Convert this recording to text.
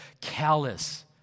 callous